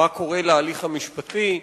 מה קורה להליך המשפטי,